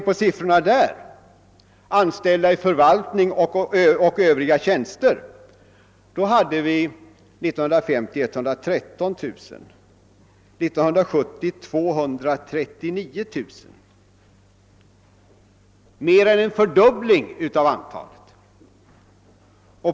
Antalet anställda i förvaltning och övriga tjänster var 113 000 år 1950 och 239 000 år 1970. Det innebär alltså mer än en fördubbling av antalet.